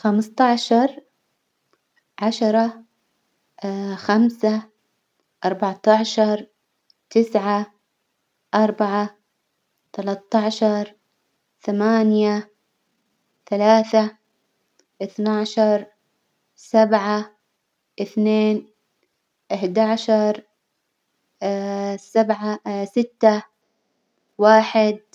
خمسطعشر، عشرة خمسة، أربعطعشر، تسعة، أربعة، تلتاشر، ثمانية، ثلاثة، اثنعشر، سبعة، اثنين، إحداشر سبعة ستة، واحد.